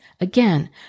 Again